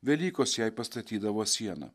velykos jai pastatydavo sieną